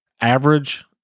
average